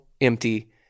empty